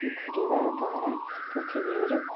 ଘୂରିବା ଦ୍ୱାରା ପୃଥିବୀରେ